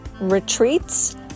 retreats